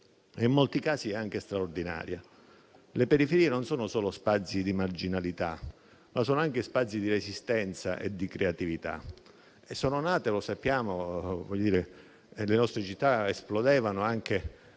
in molti casi anche straordinaria. Le periferie non sono solo spazi di marginalità, ma sono anche spazi di resistenza e di creatività. Sono nate, lo sappiamo, quando le nostre città esplodevano,